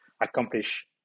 accomplish